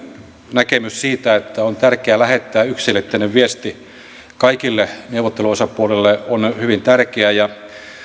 näkemys siitä että on tärkeää lähettää yksiselitteinen viesti kaikille neuvotteluosapuolille on hyvin tärkeä ja